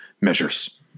measures